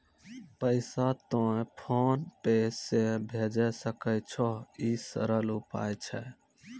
पैसा तोय PhonePe से भैजै सकै छौ? ई सरल उपाय छै?